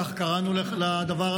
כך קראנו לדבר הזה,